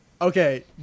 Okay